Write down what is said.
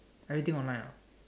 everything online ah